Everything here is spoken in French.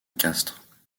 castres